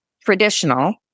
traditional